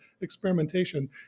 experimentation